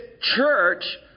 church